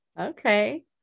Okay